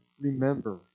remember